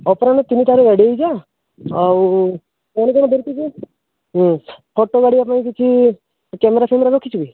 ଅପରାହ୍ନ ତିନିଟାରେ ରେଡ଼ି ହେଇଯା ଆଉ କ'ଣ କ'ଣ ଧରିକି ଯିବୁ ଫଟୋ କାଢ଼ିବା ପାଇଁ କିଛି କ୍ୟାମେରା ଫାମେରା ରଖିଛୁ କି